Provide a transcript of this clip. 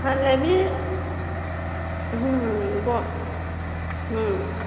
ହେଲେ ବି